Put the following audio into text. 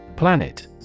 Planet